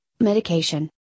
medication